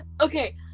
Okay